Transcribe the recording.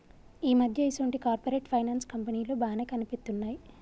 ఈ మధ్య ఈసొంటి కార్పొరేట్ ఫైనాన్స్ కంపెనీలు బానే కనిపిత్తున్నయ్